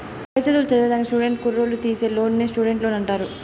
పై చదువులు చదివేదానికి స్టూడెంట్ కుర్రోల్లు తీసీ లోన్నే స్టూడెంట్ లోన్ అంటారు